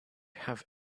have